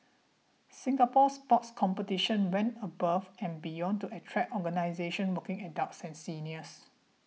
Singapore Sport Competitions went above and beyond to attract organisations working adults and seniors